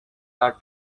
are